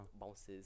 Bounces